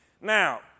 Now